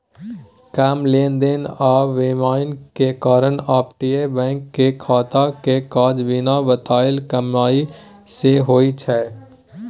कम लेन देन आ बेईमानी के कारण अपतटीय बैंक के खाता के काज बिना बताएल कमाई सँ होइ छै